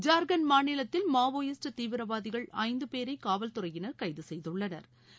ஜார்க்கண்ட் மாநிலத்தில் மாவோயிஸ்ட் தீவிரவாதிகள் ஐந்து பேரை காவல்துறையினா் கைது செய்துள்ளனா்